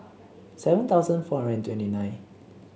seven thousand four hundred twenty nine